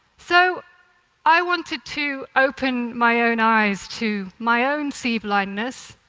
so i wanted to open my own eyes to my own sea blindness,